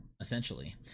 essentially